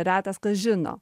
retas kas žino